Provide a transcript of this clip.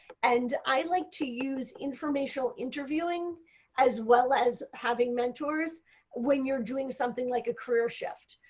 and i like to use informational interviewing as well as having mentors when you are doing something like a career shift.